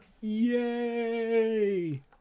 Yay